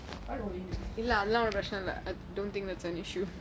what will we do